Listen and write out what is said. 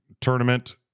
tournament